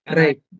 right